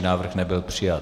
Návrh nebyl přijat.